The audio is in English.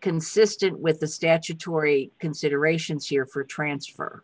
consistent with the statutory considerations here for a transfer